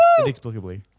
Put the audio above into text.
Inexplicably